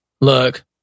Look